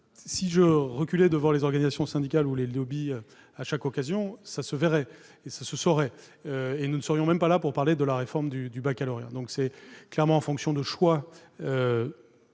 Si je reculais devant les organisations syndicales ou les lobbies à chaque occasion, cela se verrait et cela se saurait, et nous ne serions même pas là pour parler de la réforme du baccalauréat ! C'est clairement en fonction de choix